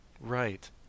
Right